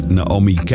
Naomi